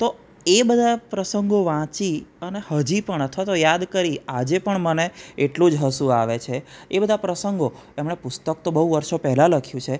તો એ બધા પ્રસંગો વાંચી અને હજી પણ અથવા તો યાદ કરી આજે પણ મને એટલું જ હસવું આવે છે એ બધા પ્રસંગો એમણે પુસ્તક તો બહુ વર્ષો પહેલા લખ્યું છે